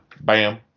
Bam